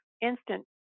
instant